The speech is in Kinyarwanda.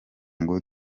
ngo